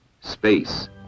Space